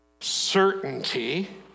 certainty